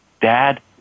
Dad